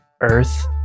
earth